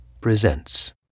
presents